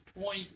point